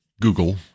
Google